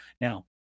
now